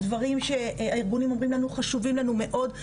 הדברים שהארגונים אומרים לנו חשובים לנו מאוד,